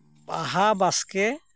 ᱵᱟᱦᱟ ᱵᱟᱥᱠᱮ